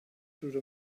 through